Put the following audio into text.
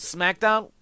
SmackDown